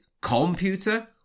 computer